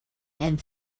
and